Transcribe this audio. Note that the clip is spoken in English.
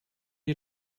you